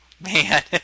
man